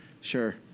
sure